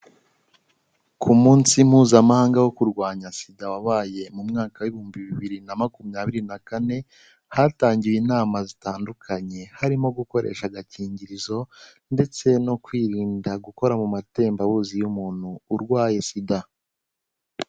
Ku munsi Mpuzamahanga wo kurwanya Sida wabaye mu mwaka w'ibihumbi bibiri na makumyabiri na kane, hatangiwe inama zitandukanye harimo gukoresha agakingirizo ndetse no kwirinda gukora mu matembabuzi y'umuntu urwaye Sida.